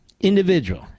individual